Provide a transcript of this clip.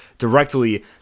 directly